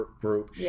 group